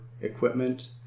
equipment